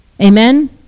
amen